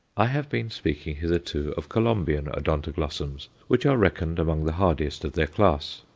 i have been speaking hitherto of colombian odontoglossums, which are reckoned among the hardiest of their class.